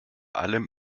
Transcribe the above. allem